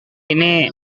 ini